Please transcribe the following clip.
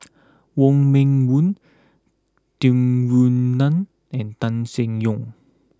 Wong Meng Voon Tung Yue Nang and Tan Seng Yong